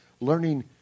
learning